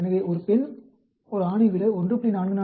எனவே ஒரு பெண் ஆணை விட 1